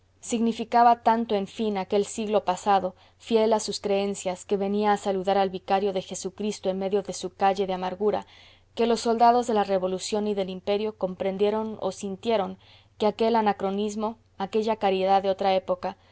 significaba tanto en fin aquel siglo pasado fiel a sus creencias que venía a saludar al vicario de jesucristo en medio de su calle de amargura que los soldados de la revolución y del imperio comprendieron o sintieron que aquel anacronismo aquella caridad de otra época